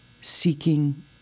seeking